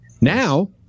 Now